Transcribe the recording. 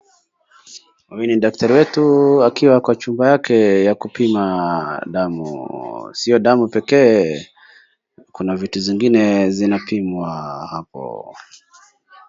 Huyu ni daktari wetu akiwa kwa chumba yake cha kupima damu, sio damu pekee kuna vitu zingine zinapimwa hapo.